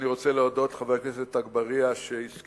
אני רוצה להודות לחבר הכנסת אגבאריה שהסכים